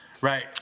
right